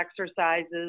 exercises